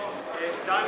להלן